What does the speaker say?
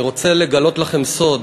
אני רוצה לגלות לכם סוד.